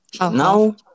now